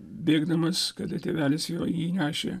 bėgdamas kada tėvelis jo jį nešė